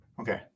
Okay